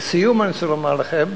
לסיום אני רוצה לומר לכם,